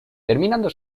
terminando